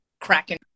cracking